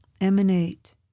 emanate